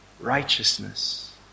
righteousness